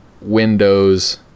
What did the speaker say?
Windows